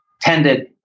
tended